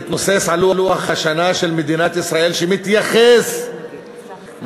לוח השנה של מדינת ישראל יתנוסס תאריך מסוים שמתייחס לכאבם